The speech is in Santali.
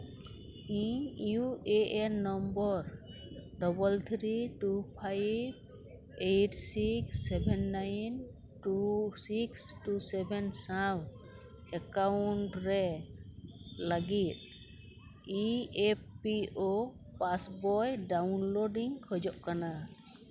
ᱤᱧ U A N number double three two five eight six seven nine two six two seven ᱥᱟᱶ ᱮᱠᱟᱩᱱᱴ ᱨᱮ ᱞᱟᱹᱜᱤᱫ E P F O passbook download ᱤᱧ ᱠᱷᱚᱡᱚᱜ ᱠᱟᱱᱟ